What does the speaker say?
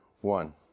One